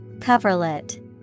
Coverlet